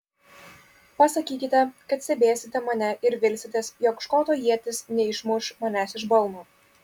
pasakykite kad stebėsite mane ir vilsitės jog škoto ietis neišmuš manęs iš balno